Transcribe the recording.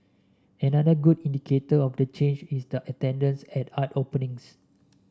another good indicator of the change is the attendance at art openings